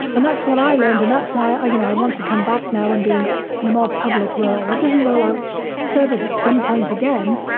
and that's what i learned. and that's why i, you know, i want to come back now and be in a more public role. it doesn't rule out service at some point again,